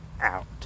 out